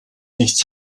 nichts